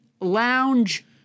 lounge